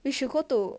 we should go to